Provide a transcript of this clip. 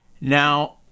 Now